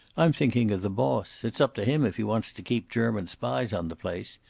i'm thinking of the boss. it's up to him if he wants to keep german spies on the place.